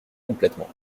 complètement